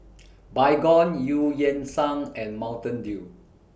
Baygon EU Yan Sang and Mountain Dew